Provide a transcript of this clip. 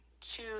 two